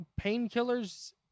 painkillers